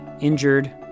injured